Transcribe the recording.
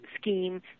scheme